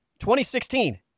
2016